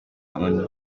hon